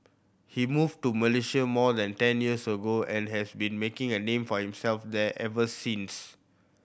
he moved to Malaysia more than ten years ago and has been making a name for himself there ever since